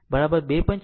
475 2